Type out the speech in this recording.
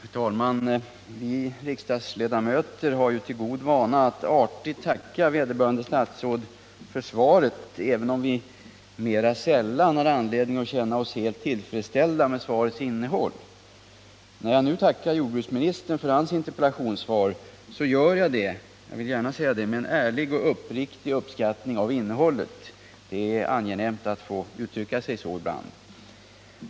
Herr talman! Vi riksdagsledamöter har till god vana att artigt tacka vederbörande statsråd för svaret, även om vi mera sällan har anledning att känna oss helt tillfredsställda med svarets innehåll. När jag nu tackar jordbruksministern för hans interpellationssvar, så gör jag det — jag vill gärna säga det — med ärlig och uppriktig uppskattning av innehållet. Det är angenämt att ibland få uttrycka sig så.